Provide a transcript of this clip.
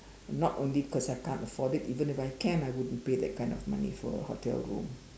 not only cause I can't afford it even if I can I wouldn't pay that kind of money for a hotel room